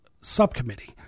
subcommittee